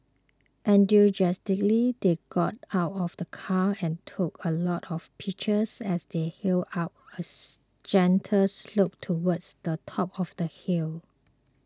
enthusiastically they got out of the car and took a lot of pictures as they hiked up as gentle slope towards the top of the hill